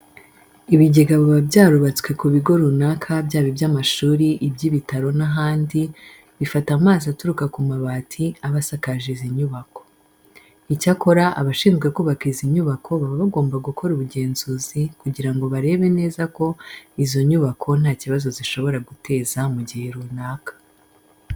Ibigega biba byarubatswe ku bigo runaka byaba iby'amashuri, iby'ibitaro n'ahandi, bifata amazi aturuka ku mabati aba asakaje izi nyubako. Icyakora abashinzwe kubaka izi nyubako baba bagomba gukora ubugenzuzi kugira ngo barebe neza ko izo nyubako nta kibazo zishobora guteza mu gihe runaka.